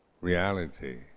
reality